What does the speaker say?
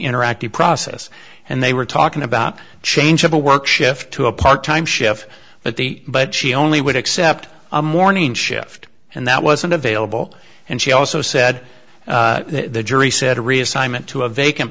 interactive process and they were talking about change of a work shift to a part time chef but the but she only would accept a morning shift and that wasn't available and she also said the jury said reassignment to a vac